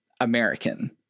american